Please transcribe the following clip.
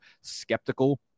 skeptical